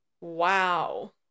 Wow